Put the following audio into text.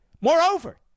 Moreover